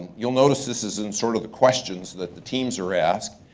you'll notice this is in sort of the questions that the teams are asked.